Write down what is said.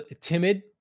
timid